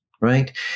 right